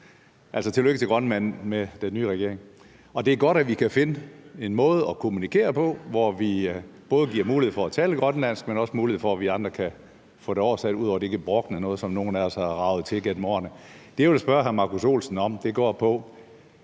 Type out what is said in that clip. altså tillykke til Grønland med den nye regering. Det er godt, at vi kan finde en måde at kommunikere på, hvor vi både giver mulighed for at tale grønlandsk, men også mulighed for, at vi andre kan få det oversat ud over det gebrokne noget, som nogle af os har raget til os igennem årene. Det, jeg vil spørge hr. Markus E. Olsen om, går på: